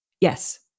Yes